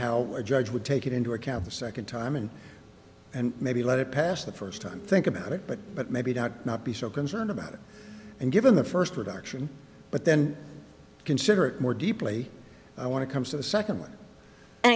how a judge would take it into account the second time and and maybe let it pass the first time think about it but but maybe not be so concerned about it and given the first reduction but then consider it more deeply i want to come to the second one and